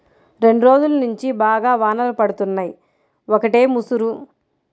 రెండ్రోజుల్నుంచి బాగా వానలు పడుతున్నయ్, ఒకటే ముసురు